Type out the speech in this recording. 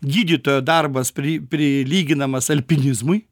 gydytojo darbas pri prilyginamas alpinizmui